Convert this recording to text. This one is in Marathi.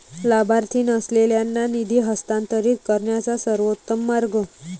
लाभार्थी नसलेल्यांना निधी हस्तांतरित करण्याचा सर्वोत्तम मार्ग